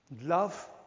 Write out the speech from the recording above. love